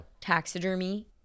taxidermy